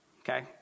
okay